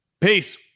Peace